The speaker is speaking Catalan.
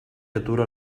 atura